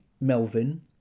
Melvin